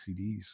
CDs